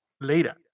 Later